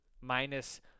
minus